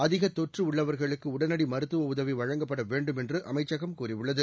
அதிக தொற்று உள்ளவர்களுக்கு உடனடி மருத்துவ உதவி வழங்கப்பட வேண்டும் என்று அமைச்சகம் கூறியுள்ளது